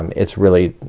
it's really,